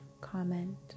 comment